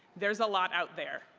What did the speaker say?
there's a lot out there.